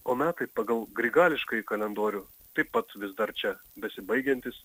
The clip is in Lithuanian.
o metai pagal grigališkąjį kalendorių taip pat vis dar čia besibaigiantys